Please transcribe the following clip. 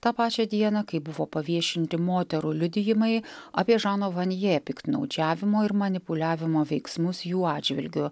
tą pačią dieną kai buvo paviešinti moterų liudijimai apie žano van je piktnaudžiavimo ir manipuliavimo veiksmus jų atžvilgiu